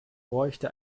bräuchte